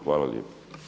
Hvala lijepo.